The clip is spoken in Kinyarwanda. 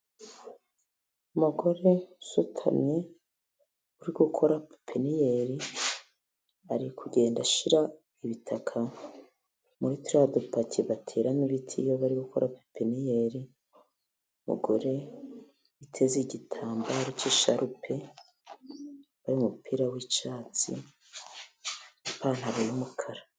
Umugore usutamye uri gukora pepiniyeri, ari kugenda ashyira ibitaka muri turiya dupaki bateramo ibiti iyo bari gukora pepiniyeri. Umugore yiteze igitambaro cy'isharupe n'umupira w'icyatsi n'ipantaro y'umukara.